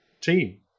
team